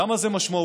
למה זה משמעותי?